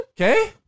Okay